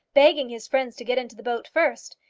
begging his friends to get into the boat first.